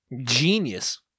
Genius